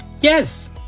Yes